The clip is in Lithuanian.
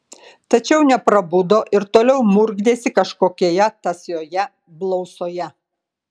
tačiau neprabudo ir toliau murkdėsi kažkokioje tąsioje blausoje